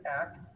act